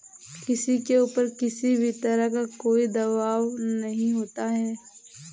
किसी के ऊपर किसी भी तरह का कोई दवाब नहीं होता है